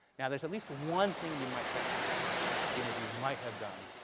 now, there's at least one thing you might think the interview might have done.